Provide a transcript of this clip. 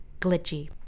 Glitchy